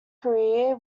career